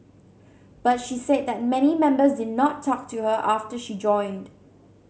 but she said that many members did not talk to her after she joined